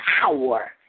power